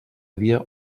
dia